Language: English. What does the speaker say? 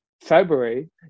February